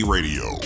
Radio